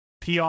pr